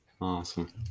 Awesome